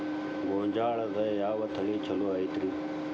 ಗೊಂಜಾಳದಾಗ ಯಾವ ತಳಿ ಛಲೋ ಐತ್ರಿ?